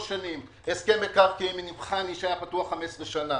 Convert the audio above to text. שנים הסכם מקרקעין עם חנ"י שהיה פתוח 15 שנה,